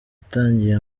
yatangiye